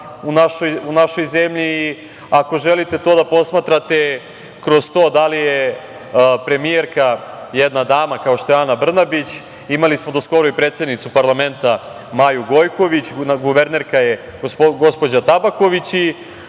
u našoj zemlji. Ako želite to da posmatrate kroz to da li je premijerka jedna dama, kao što je Ana Brnabić, imali smo do skoro i predsednicu parlamenta Maju Gojković, guvernerka je gospođa Tabaković